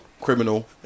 criminal